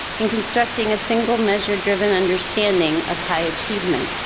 in constructing a single measure driven understanding of high achievement.